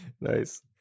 Nice